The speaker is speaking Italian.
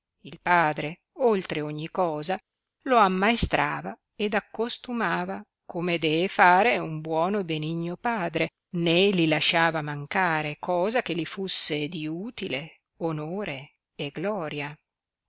il padre oltre ogni cosa lo ammaestrava ed accostumava come dee fare un buono e benigno padre né li lasciava mancare cosa che li fusse di utile onore e gloria